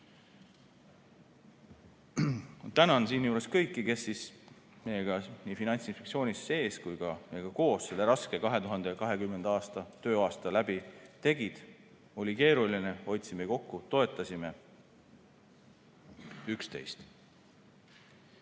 Tänan siinjuures kõiki, kes meiega nii Finantsinspektsiooni sees kui ka meiega koos selle raske 2020. aasta tööaasta läbi tegid. Oli keeruline, hoidsime kokku, toetasime üksteist. Mõni